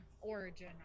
Origin